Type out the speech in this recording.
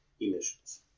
emissions